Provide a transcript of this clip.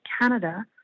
Canada